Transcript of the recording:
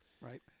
Right